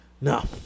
No